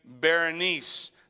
Berenice